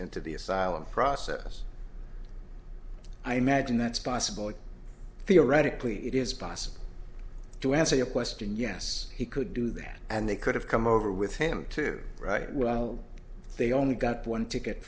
into the asylum process i imagine that's possible if theoretically it is possible to answer your question yes he could do that and they could have come over with him to write well they only got one ticket